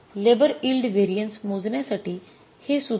तर labour yield variance मोजण्यासाठी हे सूत्र आपणास येथे मदत करते